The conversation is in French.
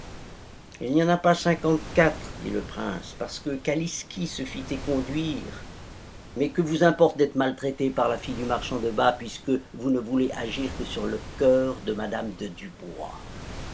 il n'y en a pas cinquante-quatre dit le prince parce que kalisky se fit éconduire mais que vous importe d'être maltraité par la fille du marchand de bas puisque vous ne voulez agir que sur le coeur de mme de dubois